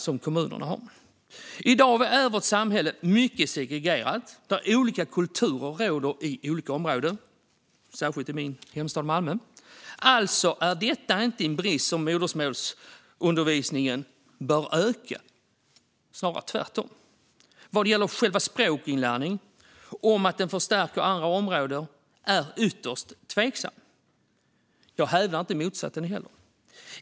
I dag är vårt samhälle mycket segregerat, och olika kulturer råder i olika områden. Det gäller särskilt i min hemstad Malmö. Det här är en brist som man inte bör låta öka genom modersmålsundervisning, utan snarare tvärtom. Att själva språkinlärningen skulle förstärka andra områden är ytterst tveksamt. Jag hävdar dock inte motsatsen.